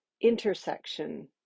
intersection